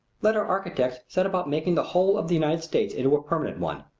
let our architects set about making the whole of the united states into a permanent one.